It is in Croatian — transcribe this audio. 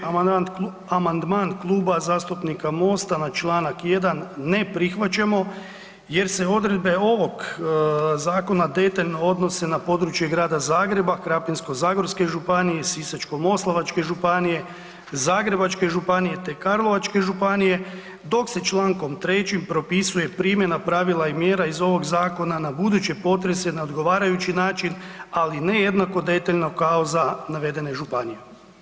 Amandman Kluba zastupnika MOST-a na čl. 1. ne prihvaćamo jer se odredbe ovog zakona detaljno odnose na područje Grada Zagreba, Krapinsko-zagorske županije i Sisačko-moslavačke županije, Zagrebačke županije, te Karlovačke županije, dok se čl. 3. propisuje primjena pravila i mjera iz ovog zakona na buduće potrese na odgovarajući način, ali ne jednako detaljno kao za navedene županije.